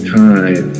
time